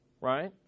right